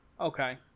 Okay